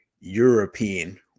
European